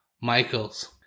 Michaels